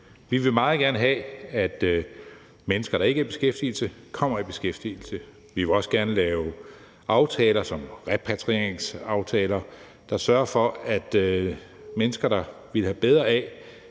Vi vil meget gerne have, at de mennesker, der ikke er i beskæftigelse, kommer i beskæftigelse. Vi vil også gerne lave aftaler, f.eks. repatrieringsaftaler, der sørger for, at mennesker, der ville have bedre af